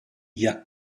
jack